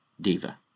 Diva